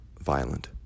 violent